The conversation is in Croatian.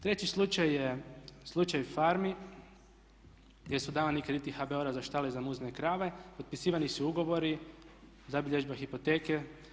Treći slučaj je slučaj farmi gdje su davani krediti HBOR-a za štale i muzne krave, potpisivani su ugovori, zabilježba, hipoteke.